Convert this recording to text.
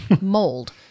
mold